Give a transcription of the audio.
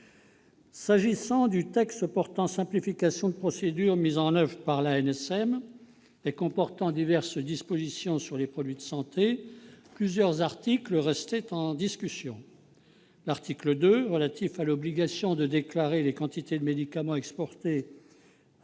S'agissant du texte portant simplification de procédures mises en oeuvre par l'ANSM et comportant diverses dispositions relatives aux produits de santé, plusieurs articles restaient en discussion. L'article 2, relatif à l'obligation de déclarer les quantités de médicaments exportés,